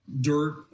dirt